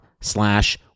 slash